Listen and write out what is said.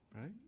right